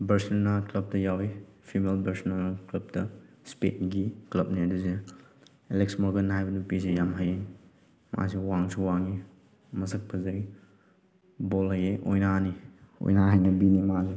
Barcelona ꯀ꯭ꯂꯞꯇ ꯌꯥꯎꯋꯤ female Barcelona ꯀꯂ꯭ꯞꯇ ꯏꯁꯄꯦꯟꯒꯤ ꯀ꯭ꯂꯞꯅꯦ ꯑꯗꯨꯁꯦ ꯑꯦꯂꯦꯛꯁ ꯃꯣꯔꯒꯟ ꯍꯥꯏꯕ ꯅꯨꯄꯤꯁꯦ ꯌꯥꯝ ꯍꯩ ꯃꯥꯁꯦ ꯋꯥꯡꯁꯨ ꯋꯥꯡꯉꯤ ꯃꯁꯛ ꯐꯖꯩ ꯕꯣꯜ ꯍꯩꯌꯦ ꯑꯣꯏꯅꯥꯅꯤ ꯑꯣꯏꯅꯥ ꯍꯩꯅꯕꯤꯅꯤ ꯃꯥꯁꯦ